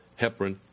heparin